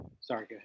Sorry